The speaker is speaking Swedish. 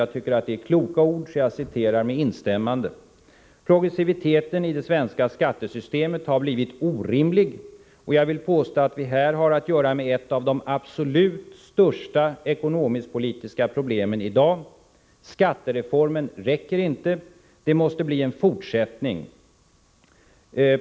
Jag tycker att det är kloka ord, så jag citerar med instämmande: ”Progressiviteten i det svenska skattesystemet har blivit orimlig och jag vill påstå, att vi här har att göra med ett av de absolut största ekonomisk/politiska problemen av i dag.” Skattereformen räcker inte, säger Feldt och fortsätter: ”Det måste bli en fortsättning.